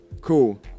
cool